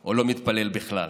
או לא מתפלל בכלל.